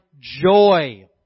joy